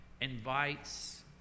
invites